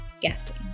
guessing